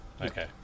Okay